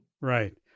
Right